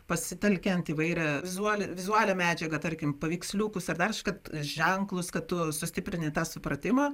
pasitelkiant įvairią vizuali vizualią medžiagą tarkim paveiksliukus ar dar kažką ženklus kad tu sustiprini tą supratimą